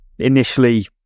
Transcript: initially